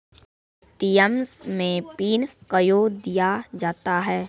ATM मे pin कयो दिया जाता हैं?